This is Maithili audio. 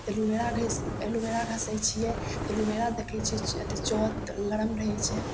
एलुवेरा घँसि एलुवेरा घँसै छियै तऽ एलुवेरा जे देखै छियै च् अथी चोत लरम रहै छै